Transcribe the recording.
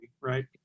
right